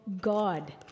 God